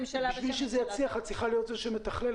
בשביל שזה יצליח את צריכה להיות זו שמתכללת.